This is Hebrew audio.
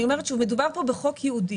אני אומרת שוב: מדובר פה בחוק ייעודי,